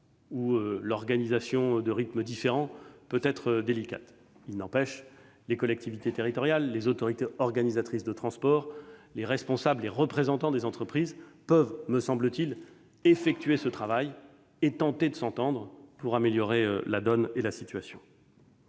où l'organisation de rythmes différents peut s'avérer délicate. Il n'empêche que les collectivités territoriales, les autorités organisatrices de transport, les responsables et les représentants des entreprises peuvent, me semble-t-il, tenter de s'entendre pour améliorer la donne et la situation.